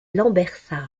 lambersart